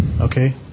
Okay